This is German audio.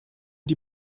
die